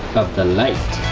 of the light